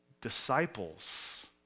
disciples